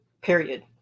Period